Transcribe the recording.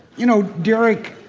you know, derek,